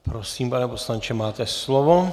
Prosím, pane poslanče, máte slovo.